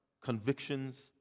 convictions